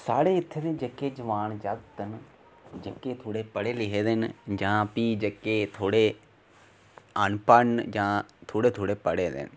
साढ़े इत्थै दे जेह्के जवान जागत न जेह्के थोह्ड़े पढ़े लिखे दे न जां भी थोह्ड़े जेह्के अनपढ़ न जां